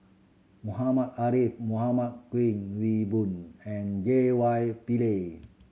Muhammad Ariff Muhammad Kuik Swee Boon and J Y Pillay